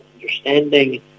understanding